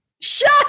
Shut